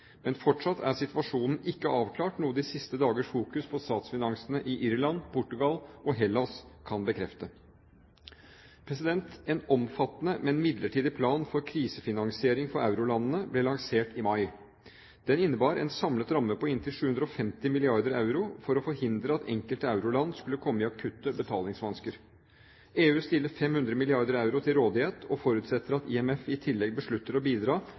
Men fortsatt er situasjonen ikke avklart, noe de siste dagers fokus på statsfinansene i Irland, Portugal og Hellas kan bekrefte. En omfattende, men midlertidig plan for krisefinansiering for eurolandene ble lansert i mai. Den innebar en samlet ramme på inntil 750 mrd. euro for å forhindre at enkelte euroland skulle komme i akutte betalingsvansker. EU stiller 500 mrd. euro til rådighet og forutsetter at IMF i tillegg beslutter å bidra